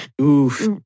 Oof